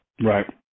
Right